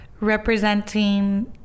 representing